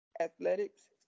athletics